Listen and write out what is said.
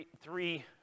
three